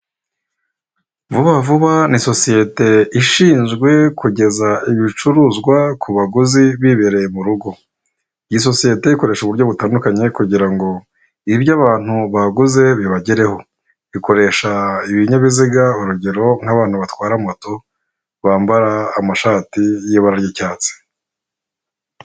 Vuba vuba ni sosiyete ishinzwe kugeza ibicuruzwa ku baguzi bibereye mu rugo. Iyi sosiyete ikoresha uburyo butandukanye kugira ngo ibyo abantu baguze bibagereho. Bikoresha ibinyabiziga urugero nk'abantu batwara moto bambara amashati y'ibara ry'icyatsi.